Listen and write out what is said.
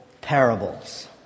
parables